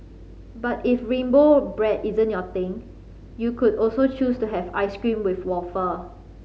but if rainbow bread isn't your thing you could also choose to have ice cream with wafer